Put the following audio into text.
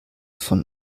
von